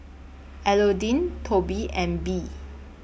Elodie Tobe and Bea